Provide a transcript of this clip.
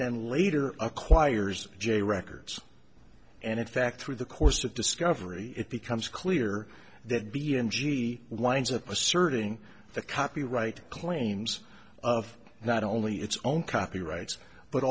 then later acquires j records and in fact through the course of discovery it becomes clear that b n g lines of asserting the copyright claims of not only its own copyrights but